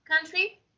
country